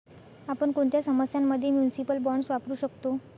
आपण कोणत्या समस्यां मध्ये म्युनिसिपल बॉण्ड्स वापरू शकतो?